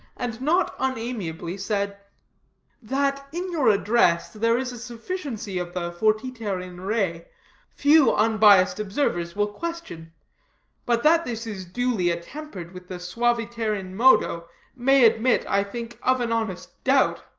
and not unamiably said that in your address there is a sufficiency of the fortiter in re few unbiased observers will question but that this is duly attempered with the suaviter in modo may admit, i think, of an honest doubt.